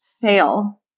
fail